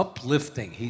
Uplifting